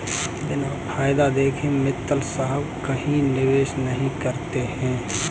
बिना फायदा देखे मित्तल साहब कहीं निवेश नहीं करते हैं